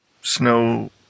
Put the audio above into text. snow